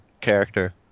character